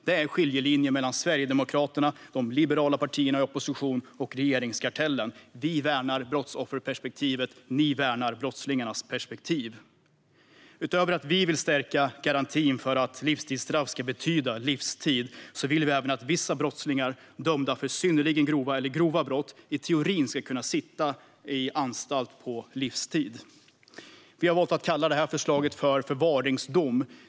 Detta är en skiljelinje mellan Sverigedemokraterna, de liberala partierna i opposition och regeringskartellen. Vi värnar brottsofferperspektivet; ni värnar brottslingarnas perspektiv. Utöver att vi vill stärka garantin för att livstidsstraff ska betyda livstid vill vi även att vissa brottslingar som dömts för synnerligen grova eller grova brott i teorin ska kunna sitta i anstalt på livstid. Vi har valt att kalla detta för förvaringsdom.